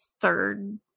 third